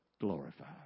glorified